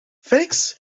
felix